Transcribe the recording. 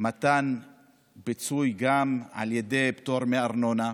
מתן פיצוי גם על ידי פטור מארנונה,